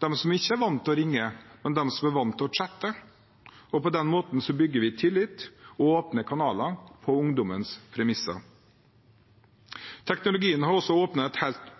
de som ikke er vant til å ringe, men som er vant til å chatte. På den måten bygger vi tillit og åpner kanaler på ungdommens premisser. Teknologien har også åpnet et helt